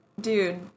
dude